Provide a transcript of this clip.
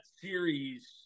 series